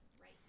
right